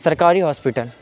سرکاری ہاسپیٹل